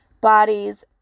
bodies